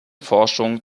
forschung